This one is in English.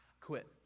quit